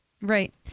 Right